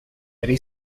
betty